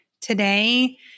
Today